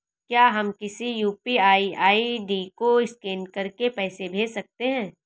क्या हम किसी यू.पी.आई आई.डी को स्कैन करके पैसे भेज सकते हैं?